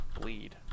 Bleed